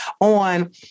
on